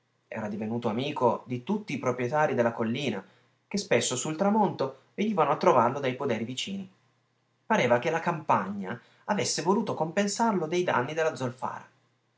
era divenuto amico di tutti i proprietarii della collina che spesso sul tramonto venivano a trovarlo dai poderi vicini pareva che la campagna avesse voluto compensarlo dei danni della zolfara era